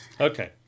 Okay